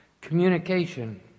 communication